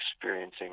experiencing